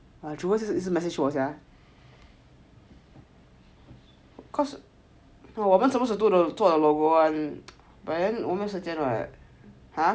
jewel 一直 message 我 sia cause 我们 supposed to 做 the logo [one] but then 我没有时间 [what] !huh!